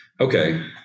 okay